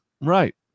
Right